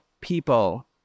people